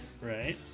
right